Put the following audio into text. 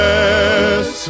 Yes